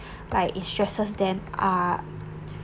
like it just stress them out